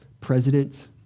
President